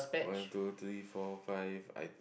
one two three four five I